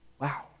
Wow